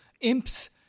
imps